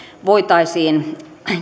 voitaisiin